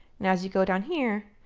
and as you go down here,